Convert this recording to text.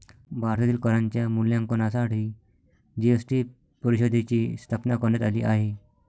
भारतातील करांच्या मूल्यांकनासाठी जी.एस.टी परिषदेची स्थापना करण्यात आली आहे